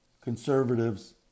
conservatives